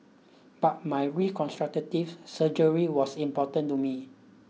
but my reconstructive surgery was important to me